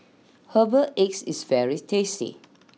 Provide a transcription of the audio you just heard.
Herbal eggs is various tasty